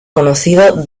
conocido